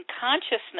consciousness